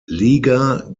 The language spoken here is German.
liga